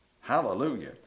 Hallelujah